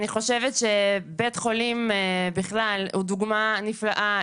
אני חושבת שבית חולים הוא דוגמה נפלאה